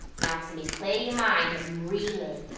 now, timmy, clear your mind and really.